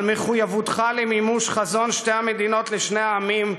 על מחויבותך למימוש חזון שתי המדינות לשני העמים,